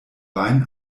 wein